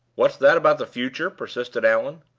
what's that about the future? persisted allan.